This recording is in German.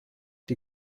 die